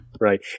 right